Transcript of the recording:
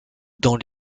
dans